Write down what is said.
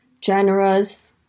generous-